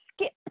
skip